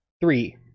three